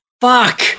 Fuck